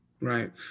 Right